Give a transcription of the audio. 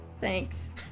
thanks